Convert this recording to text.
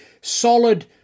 solid